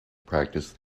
practice